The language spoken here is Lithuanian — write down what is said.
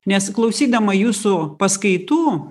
nes klausydama jūsų paskaitų